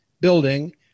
building